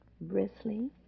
bristly